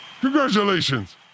Congratulations